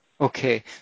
Okay